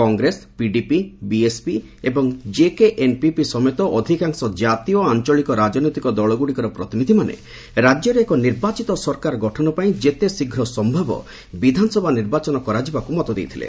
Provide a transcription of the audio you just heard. Congress PDP BSP ଏବଂ JKNPP ସମେତ ଅଧିକାଂଶ ଜାତୀୟ ଓ ଆଞ୍ଚଳିକ ରାଜନୈତିକ ଦଳଗୁଡ଼ିକର ପ୍ରତିନିଧିମାନେ ରାଜ୍ୟରେ ଏକ ନିର୍ବାଚିତ ସରକାର ଗଠନ ପାଇଁ ଯେତେ ଶୀଘ୍ର ସମ୍ଭବ ବିଧାନସଭା ନିର୍ବାଚନ କରାଯିବାକୁ ମତ ଦେଇଥିଲେ